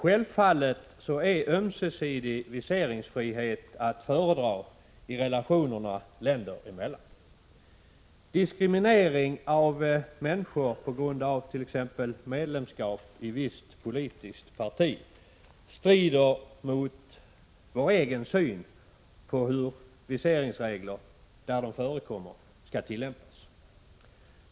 Självfallet är ömsesidig viseringsfrihet att föredra i relationerna länder emellan. Diskriminering av människor på grund av t.ex. medlemskap i visst politiskt parti strider mot Sveriges syn på hur viseringsregler skall tillämpas där de förekommer.